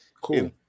cool